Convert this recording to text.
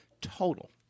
total